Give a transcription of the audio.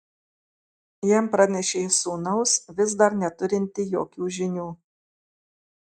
jam pranešė iš sūnaus vis dar neturinti jokių žinių